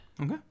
Okay